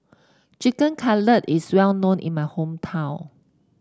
Chicken Cutlet is well known in my hometown